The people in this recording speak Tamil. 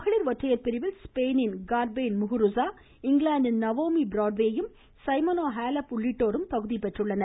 மகளிர் ஒற்றையர் பிரிவில் ஸ்பெயினின் கார்பெயின் முகுருசா இங்கிலாந்தின் நவோமி பிராட்டேவயும் சைமோனா ஹேலப் உள்ளிட்டோர் தகுதி பெற்றுள்ளனர்